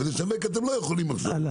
ולשווק אתם לא יכולים עכשיו.